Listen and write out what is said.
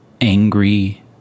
angry